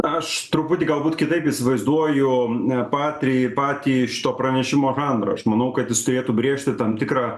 aš truputį galbūt kitaip įsivaizduoju patį patį šito pranešimo žanrą aš manau kad jis turėtų brėžti tam tikrą